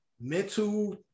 mental